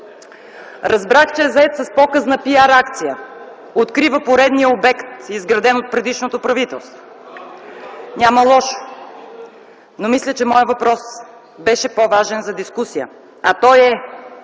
Разбрах, че е зает с показна PR-акция – открива поредния обект, изграден от предишното правителство. Няма лошо, но мисля, че моят въпрос беше по-важен за дискусия. Той е: